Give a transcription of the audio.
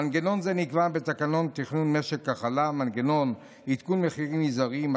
מנגנון זה נקבע בתקנות תכנון משק החלב (מנגנון לעדכון מחירים מזעריים),